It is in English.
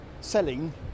selling